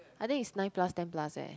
I think it's nine plus ten plus eh